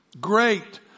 Great